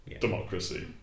democracy